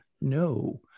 no